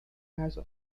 has